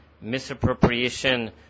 misappropriation